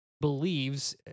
believes